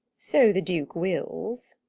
so the duke wills.